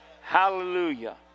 Hallelujah